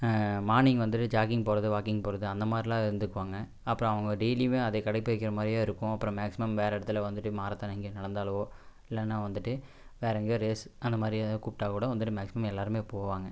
morning வந்துட்டு jogging போகிறது walking போகிறது அந்த மாரிலாம் இருந்துக்குவாங்க அப்புறம் அவங்க டெய்லியுமே அதே கடைபிடிக்கின்ற மாதிரியே இருக்கும் அப்புறம் மேக்ஸிமம் வேறு இடத்தில் வந்துட்ட மாரத்தான் எங்கே நடந்தாலோ இல்லைனா வந்துட்டு வேறு எங்கேயோ ரேஸ் அந்தமாதிரி ஏதாவது கூப்பிடாக்கூட வந்துட்டு மேக்ஸிமம் எல்லோருமே போவாங்க